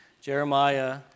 Jeremiah